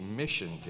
mission